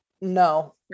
No